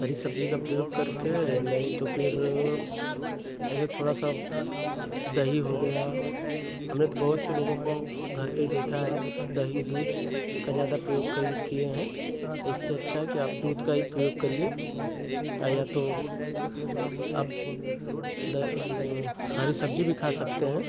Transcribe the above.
हरी सब्ज़ी का प्रयोग करके नहीं तो फिर ऐसे थोड़ा सा दही हो गया हमने तो बहुत से लोगों को घर पर देखा है दही दूध का ज़्यादा प्रयोग कर किए हैं इससे अच्छा है कि आप दूध का ही प्रयोग करिए या तो आप हरी सब्ज़ी भी खा सकते हैं